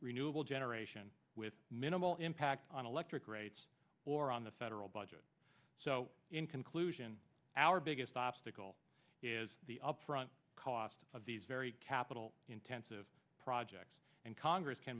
renewable generation with minimal impact on electric rates or on the federal budget so in conclusion our biggest obstacle is the upfront cost of these capital intensive project and congress ca